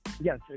Yes